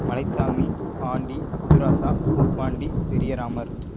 Malaichamy Pandi Pudhurasa Poopandi Periya Ramar